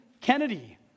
Kennedy